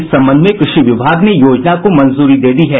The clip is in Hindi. इस संबंध में कृषि विभाग ने योजना को मंजूरी दे दी है